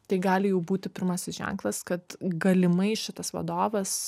tai gali jau būti pirmasis ženklas kad galimai šitas vadovas